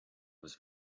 was